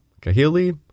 Kahili